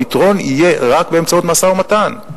הפתרון יהיה רק באמצעות משא-ומתן.